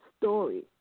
story